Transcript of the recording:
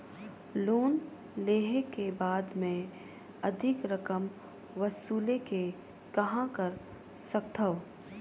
Loan लेहे के बाद मे अधिक रकम वसूले के कहां कर सकथव?